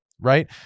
right